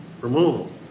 removal